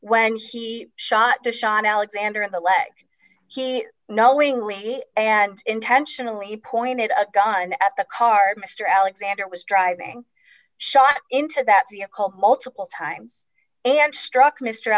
when he shot to shot alexander in the leg he knowingly and intentionally pointed a gun at the car mr alexander was driving shot into that vehicle multiple times and struck mr